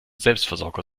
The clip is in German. selbstversorger